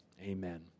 Amen